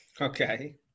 Okay